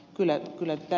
ymmärrän ed